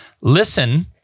Listen